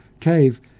cave